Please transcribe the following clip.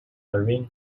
marine